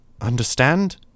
Understand